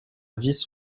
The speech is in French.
vice